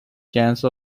chance